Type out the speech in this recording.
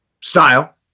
style